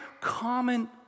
common